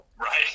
Right